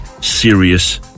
serious